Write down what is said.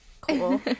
cool